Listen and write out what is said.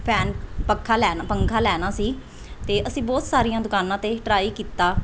fan ਪੱਖਾ ਲੈਣ ਪੱਖਾ ਲੈਣਾ ਸੀ ਅਤੇ ਅਸੀਂ ਬਹੁਤ ਸਾਰੀਆਂ ਦੁਕਾਨਾਂ 'ਤੇ ਟਰਾਈ ਕੀਤਾ